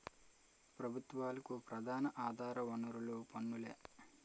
ప్రభుత్వాలకు ప్రధాన ఆధార వనరులు పన్నులే